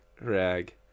rag